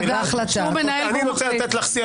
אבל אחרי שאמרתי את שני הדברים אני רוצה להסב את תשומת הלב לשני